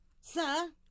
sir